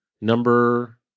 number